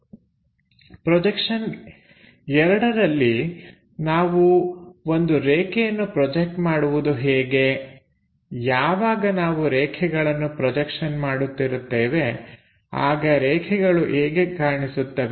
88 projection II ನಲ್ಲಿ ನಾವು ಒಂದು ರೇಖೆಯನ್ನು ಪ್ರೊಜೆಕ್ಟ್ ಮಾಡುವುದು ಹೇಗೆ ಯಾವಾಗ ನಾವು ರೇಖೆಗಳನ್ನು ಪ್ರೊಜೆಕ್ಷನ್ ಮಾಡುತ್ತಿರುತ್ತೇವೆ ಆಗ ರೇಖೆಗಳು ಹೇಗೆ ಕಾಣಿಸುತ್ತವೆ